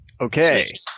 Okay